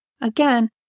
again